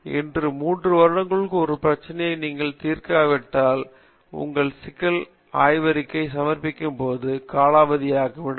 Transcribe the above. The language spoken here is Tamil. எனவே இன்று 3 வருடங்களுக்குள் ஒரு பிரச்சனையை நீங்கள் தீர்க்காவிட்டால் உங்கள் சிக்கல் ஆய்வறிக்கை சமர்ப்பிக்கும்போது காலாவதி ஆகிவிடும்